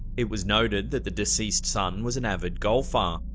it was noted that the deceased son was an avid golfer,